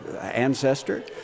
ancestor